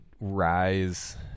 rise